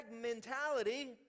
mentality